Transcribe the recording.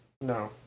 No